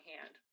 hand